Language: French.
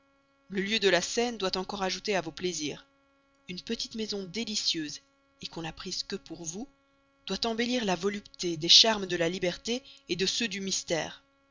le lieu de la scène doit encore ajouter à vos plaisirs une petite maison délicieuse qu'on n'a prise que pour vous doit embellir la volupté des charmes de la liberté de ceux du mystère